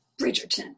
bridgerton